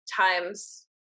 times